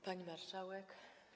Pani Marszałek!